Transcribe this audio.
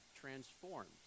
transformed